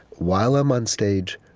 while i'm on stage,